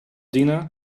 dinner